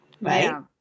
right